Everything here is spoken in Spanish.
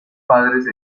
padres